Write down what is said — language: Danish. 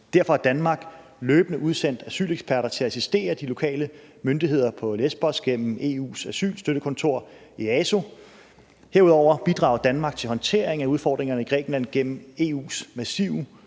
Derfor har Danmark løbende udsendt asyleksperter til at assistere de lokale myndigheder på Lesbos gennem EU's asylstøttekontor EASO. Herudover bidrager Danmark til håndtering af udfordringerne i Grækenland gennem EU's massive